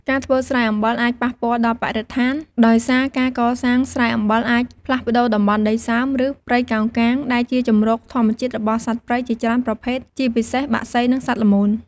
ការធ្វើស្រែអំបិលអាចប៉ះពាល់ដល់បរិស្ថាន ដោយសារការកសាងស្រែអំបិលអាចផ្លាស់ប្តូរតំបន់ដីសើម ឬព្រៃកោងកាង ដែលជាជម្រកធម្មជាតិរបស់សត្វព្រៃជាច្រើនប្រភេទ ជាពិសេសបក្សី និងសត្វល្មូន។